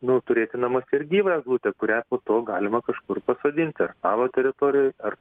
nu turėti namuose ir gyvą eglutę kurią būtų galima kažkur pasodint ar savo teritorijoj ar